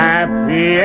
Happy